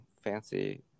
fancy